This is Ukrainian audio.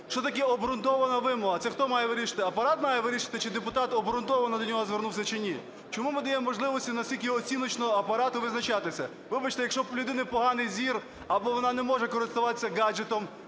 Що таке "обґрунтована вимога"? Це хто це має вирішувати? Апарат має вирішити чи депутат обґрунтовано до нього звернувся чи ні? Чому ми даємо можливості настільки оціночно Апарату визначатися? Вибачте, якщо у людини поганий зір або вона не може користуватися гаджетом,